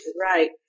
right